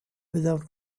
without